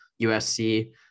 USC